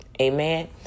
amen